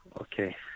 Okay